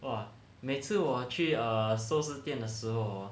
!wah! 每次我去 err 寿司店的时后 hor